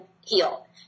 heal